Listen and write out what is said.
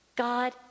God